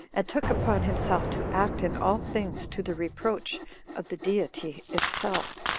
and took upon himself to act in all things to the reproach of the deity itself.